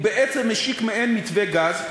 הוא בעצם השיק מעין מתווה גז: